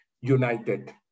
United